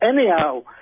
Anyhow